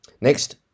Next